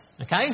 okay